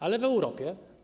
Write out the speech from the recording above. Ale w Europie.